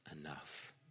enough